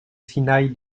sinaï